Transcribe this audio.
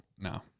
No